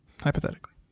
hypothetically